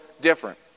different